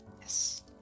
Yes